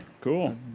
cool